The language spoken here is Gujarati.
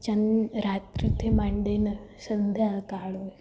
જેમ રાત્રિથી માંડીને સંધ્યા કાળ હોય